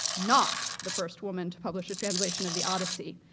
not the first woman to publish a translation of the odyssey,